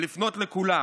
ולפנות לכולם.